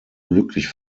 glücklich